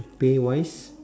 pay wise